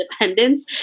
independence